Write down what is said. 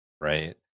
Right